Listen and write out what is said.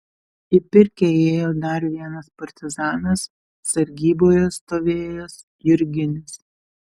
į pirkią įėjo dar vienas partizanas sargyboje stovėjęs jurginis